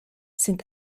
sind